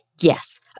yes